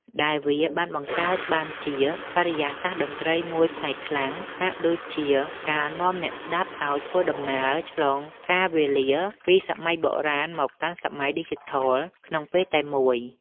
ដែលវាបានបង្កើតបានជាបរិយាកាសតន្ត្រីមួយប្លែកខ្លាំង ហាក់ដូចជាការនាំអ្នកស្តាប់ឱ្យធ្វើដំណើរឆ្លងកាលវេលាពីសម័យបុរាណមកកាន់សម័យឌីជីថលក្នុងពេលតែមួយ។